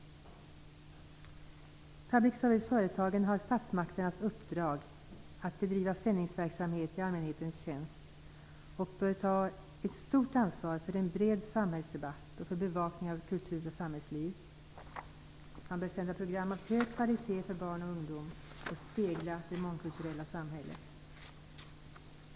Public service-företagen har statsmakternas uppdrag att bedriva sändningsverksamhet till allmänhetens tjänst och bör ta ett stort ansvar för en bred samhällsdebatt och för bevakning av kultur och samhällsliv. Man bör sända program av hög kvalitet för barn och ungdom och spegla det mångkulturella samhället.